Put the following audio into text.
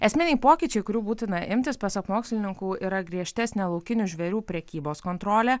esminiai pokyčiai kurių būtina imtis pasak mokslininkų yra griežtesnė laukinių žvėrių prekybos kontrolė